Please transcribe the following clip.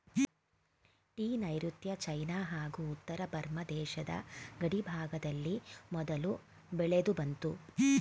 tea ನೈರುತ್ಯ China ಹಾಗೂ ಉತ್ತರ ಬರ್ಮ ದೇಶದ ಗಡಿಭಾಗದಲ್ಲಿ ಮೊದಲು ಬೆಳೆದುಬಂತು